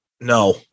No